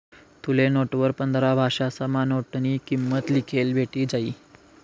तुले नोटवर पंधरा भाषासमा नोटनी किंमत लिखेल भेटी जायी